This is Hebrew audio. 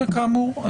וכאמור,